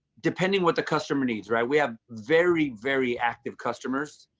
depending what the customer needs, right? we have very, very active customers.